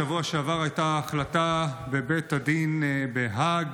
שבוע שעבר הייתה החלטה בבית הדין בהאג